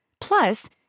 Plus